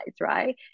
right